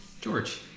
George